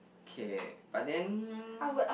K but then